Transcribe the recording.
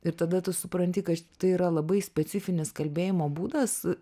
ir tada tu supranti kad tai yra labai specifinis kalbėjimo būdas